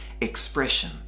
expression